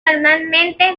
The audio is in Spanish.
normalmente